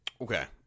Okay